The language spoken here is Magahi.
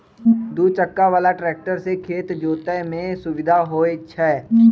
दू चक्का बला ट्रैक्टर से खेत जोतय में सुविधा होई छै